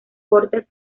cortes